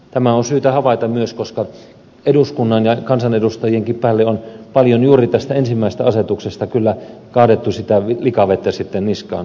tämä on syytä havaita koska paljon juuri tästä ensimmäisestä asetuksesta on sitä likavettä eduskunnan päälle ja kansanedustajienkin niskaan kaadettu